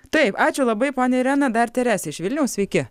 taip ačiū labai ponia irena dar teresė iš vilniaus sveiki